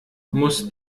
muss